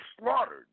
slaughtered